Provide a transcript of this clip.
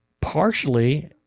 partially